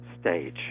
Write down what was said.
stage